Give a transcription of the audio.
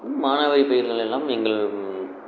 மானாவாரி பயிர்களெல்லாம் எங்கள்